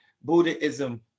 Buddhism